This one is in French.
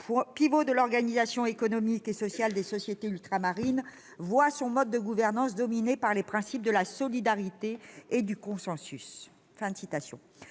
pivot de l'organisation économique et sociale des sociétés ultramarines, voit son mode de gouvernance dominé par les principes de la solidarité et du consensus.